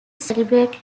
celebrate